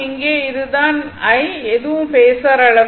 இங்கே இது தான் i இதுவும் பேஸர் அளவு